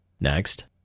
Next